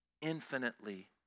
infinitely